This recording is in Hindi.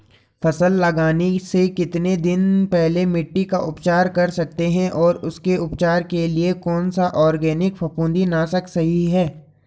फसल लगाने से कितने दिन पहले मिट्टी का उपचार कर सकते हैं और उसके उपचार के लिए कौन सा ऑर्गैनिक फफूंदी नाशक सही है?